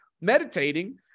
meditating